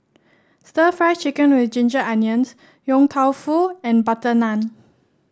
stir Fry Chicken with Ginger Onions Yong Tau Foo and butter naan